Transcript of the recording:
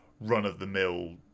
run-of-the-mill